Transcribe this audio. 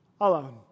alone